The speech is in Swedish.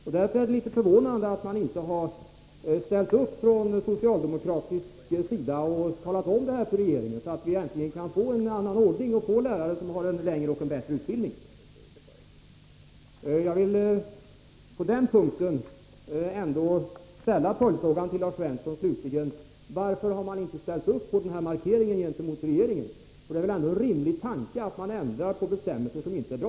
Det är litet förvånande att man från socialdemokratisk sida inte har ställt upp och talat om detta för regeringen, så att vi äntligen kan få en annan ordning och få lärare som har en längre och bättre utbildning. Jag vill slutligen på den punkten ställa en följdfråga till Lars Svensson: Varför har man inte ställt sig bakom denna markering gentemot regeringen? Det är väl ändå en rimlig tanke att man ändrar på bestämmelser som inte är bra?